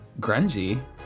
Grungy